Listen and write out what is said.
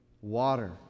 water